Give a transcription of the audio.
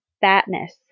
Fatness